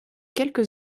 quelques